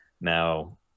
Now